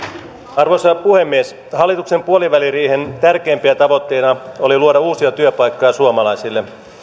arvoisa puhemies hallituksen puoliväliriihen tärkeimpänä tavoitteena oli luoda uusia työpaikkoja suomalaisille